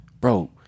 Bro